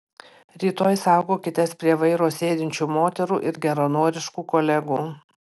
rytoj saugokitės prie vairo sėdinčių moterų ir geranoriškų kolegų